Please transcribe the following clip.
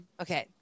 okay